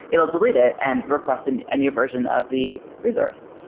it will delete it and request and a new version of the resource.